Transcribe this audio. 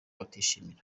batishimiye